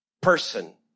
person